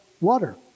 water